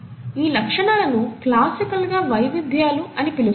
ఈ లక్షణాలను క్లాసికల్గా వైవిధ్యాలు అని పిలుస్తారు